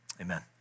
amen